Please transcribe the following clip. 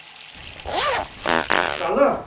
कल